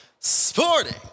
sporting